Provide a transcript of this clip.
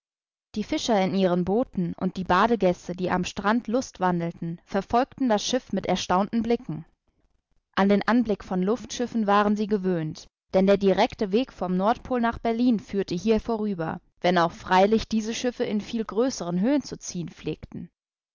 die fischer in ihren booten und die badegäste die am strand lustwandelten verfolgten das schiff mit erstaunten blicken an den anblick von luftschiffen waren sie gewöhnt denn der direkte weg vom nordpol nach berlin führte hier vorüber wenn auch freilich diese schiffe in viel größeren höhen zu ziehen pflegten